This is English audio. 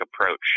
approach